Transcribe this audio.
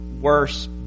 worse